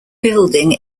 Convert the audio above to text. building